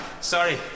Sorry